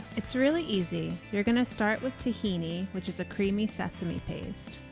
it's really easy you're gonna start with tahini which is a creamy sesame paste.